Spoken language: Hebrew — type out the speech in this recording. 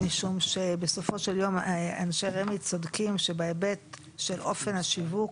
משום שבסופו של יום אנשי רמ"י צודקים שהיבט של אופי השיווק